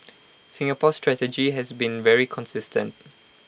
Singapore's strategy has been very consistent